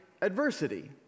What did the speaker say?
adversity